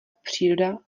příroda